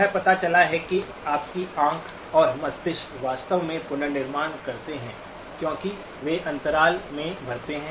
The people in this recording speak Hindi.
यह पता चला है कि आपकी आंख और मस्तिष्क वास्तव में पुनर्निर्माण करते हैं क्योंकि वे अंतराल में भरते हैं